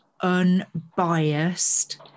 unbiased